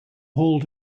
hauled